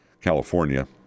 California